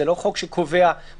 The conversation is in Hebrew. זה לא חוק שקובע מסמרות.